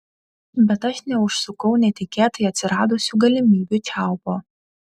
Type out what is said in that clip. bet aš neužsukau netikėtai atsiradusių galimybių čiaupo